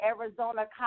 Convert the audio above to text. Arizona